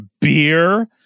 beer